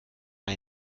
ein